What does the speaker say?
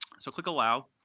so click allow.